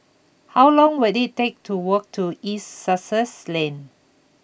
how long will it take to walk to East Sussex Lane